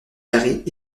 carrées